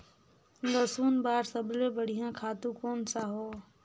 लसुन बार सबले बढ़िया खातु कोन सा हो?